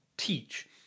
teach